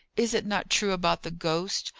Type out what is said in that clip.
is it not true about the ghost?